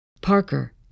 Parker